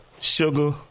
Sugar